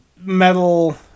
metal